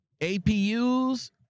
APUs